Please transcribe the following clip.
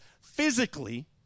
physically